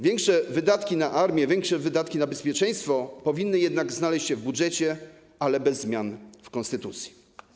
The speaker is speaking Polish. Większe wydatki na armię, większe wydatki na bezpieczeństwo powinny znaleźć się w budżecie, ale jednak bez zmian w konstytucji.